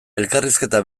elkarrizketa